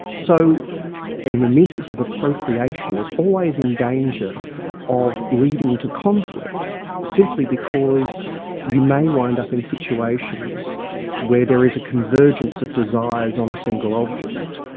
so a mimesis of appropriation is always in danger of leading to conflict, simply because you may wind up in situations where there is a convergence of desires on a single object.